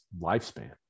lifespan